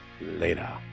Later